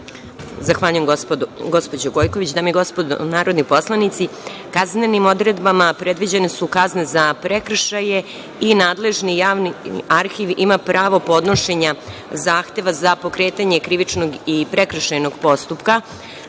Zahvaljujem, gospođo Gojković. Dame i gospodo narodni poslanici, kaznenim odredbama predviđene su kazne za prekršaje i nadležni javni arhiv ima pravo podnošenja zahteva za pokretanje krivičnog i prekršajnog postupka